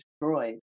destroyed